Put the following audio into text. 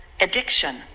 addiction